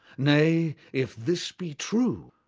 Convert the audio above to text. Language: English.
nay, if this be true,